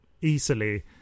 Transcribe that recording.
easily